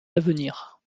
d’avenir